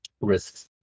risks